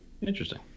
Interesting